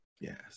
Yes